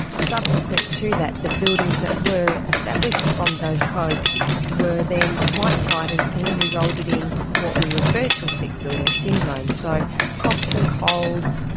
subsequent to that, the buildings that were established from those codes were then quite tight and and resulted in what we refer to as sick building syndrome. so coughs and colds,